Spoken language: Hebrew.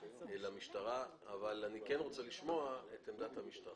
למשטרה אבל אני כן רוצה לשמוע את עמדת המשטרה.